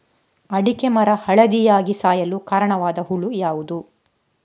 ಅಡಿಕೆ ಮರ ಹಳದಿಯಾಗಿ ಸಾಯಲು ಕಾರಣವಾದ ಹುಳು ಯಾವುದು?